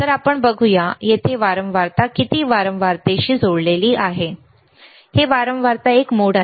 तर आपण बघूया येथे वारंवारता किती वारंवारिताशी जोडलेली आहे होय हे वारंवारतेचे एक मोड आहे